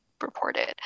reported